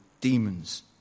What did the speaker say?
demons